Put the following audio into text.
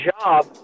job